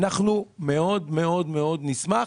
אנחנו מאוד מאוד נשמח.